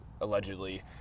allegedly